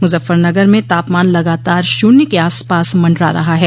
मुजफ्फरनगर में तापमान लगातार शून्य के आसपास मंडरा रहा है